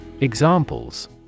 Examples